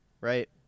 right